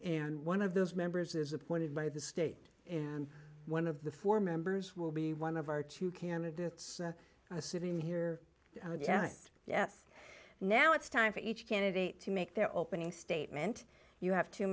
and one of those members is appointed by the state and one of the four members will be one of our two candidates sitting here yes yes now it's time for each candidate to make their opening statement you have two